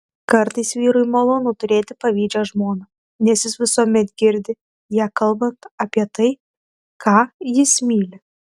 kartais vyrui malonu turėti pavydžią žmoną nes jis visuomet girdi ją kalbant apie tai ką jis myli